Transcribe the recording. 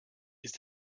ist